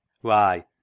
Why